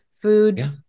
food